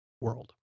world